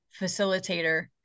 facilitator